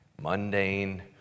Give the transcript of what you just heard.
mundane